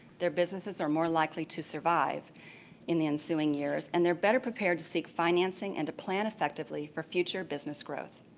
their businesses are more likely to survive in the ensuing years. and they're better prepared to seek financing and to plan effectively for future business growth.